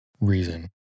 reason